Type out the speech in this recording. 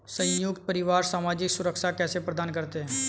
संयुक्त परिवार सामाजिक सुरक्षा कैसे प्रदान करते हैं?